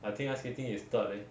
I think ice skating is third leh